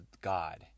God